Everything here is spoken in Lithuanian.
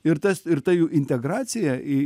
ir tas ir ta jų integracija į